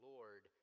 Lord